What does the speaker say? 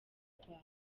kwawe